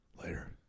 later